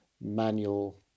manual